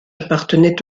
appartenait